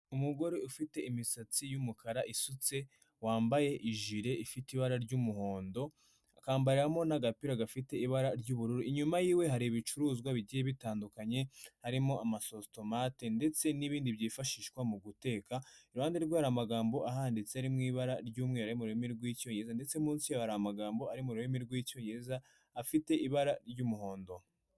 Umugore ufite imisatsi y'umukara isutse wambaye ijile ifite ibara ry'umuhondo akambarariramo n'agapira gafite ibara ry'ubururu, inyuma y'iwe hari ibicuruzwa bigiye bitandukanye harimo amasositomate ndetse n'ibindi byifashishwa mu guteka. Iruhande rwe hari magambo ahanditse ari mu ibara ry'umweru ari mu rurimi rw'icyongereza ndetse munsi hari amagambo ari mu rurimi rw'icyongereza afite ibara ry'umuhondo.